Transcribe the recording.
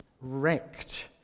wrecked